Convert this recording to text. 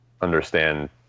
understand